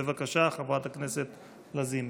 בבקשה, חברת הכנסת לזימי.